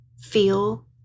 feel